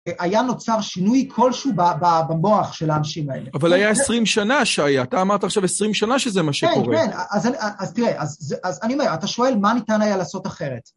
היה נוצר שינוי כלשהו במוח של האנשים האלה. אבל היה עשרים שנה שהיה, אתה אמרת עכשיו עשרים שנה שזה מה שקורה. כן, כן, אז תראה, אז אני אומר, אתה שואל מה ניתן היה לעשות אחרת.